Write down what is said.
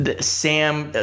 Sam